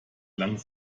lang